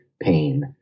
pain